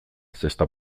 zesta